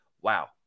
wow